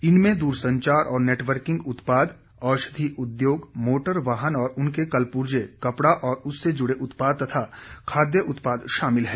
इनमें दूरसंचार और नेटवर्किंग उत्पाद औषधि उद्योग मोटर वाहन और उसके कल पूर्जे कपड़ा और उससे जुडे उत्पाद तथा खाद्य उत्पाद शामिल हैं